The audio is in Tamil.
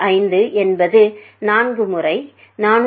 5 என்பது 4 முறை 444